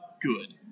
good